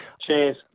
Cheers